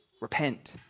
Repent